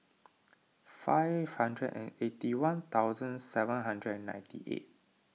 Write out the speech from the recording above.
five hundred and eighty one thousand seven hundred and ninety eight